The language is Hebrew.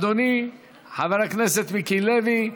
אדוני חבר הכנסת מיקי לוי,